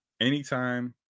Anytime